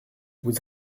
vous